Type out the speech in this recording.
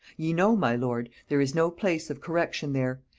ye know, my lord, there is no place of correction there.